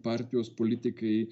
partijos politikai